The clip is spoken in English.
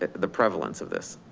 the prevalence of this.